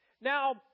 Now